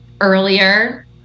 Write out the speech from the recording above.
earlier